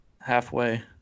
halfway